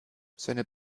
seine